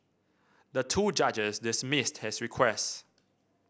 the two judges dismissed his request